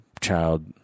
child